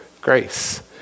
Grace